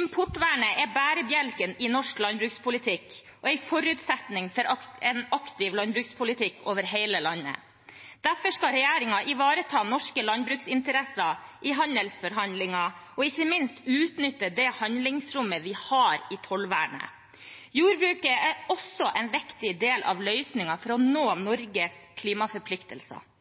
Importvernet er bærebjelken i norsk landbrukspolitikk og en forutsetning for en aktiv landbrukspolitikk over hele landet. Derfor skal regjeringen ivareta norske landbruksinteresser i handelsforhandlinger og ikke minst utnytte det handlingsrommet vi har i tollvernet. Jordbruket er også en viktig del av løsningen for å nå Norges klimaforpliktelser.